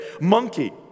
Monkey